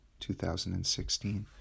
2016